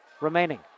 remaining